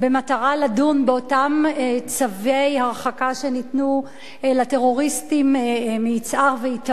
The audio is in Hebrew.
לדון באותם צווי הרחקה שניתנו לטרוריסטים מיצהר ואיתמר.